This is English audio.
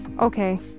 okay